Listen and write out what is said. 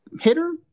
hitter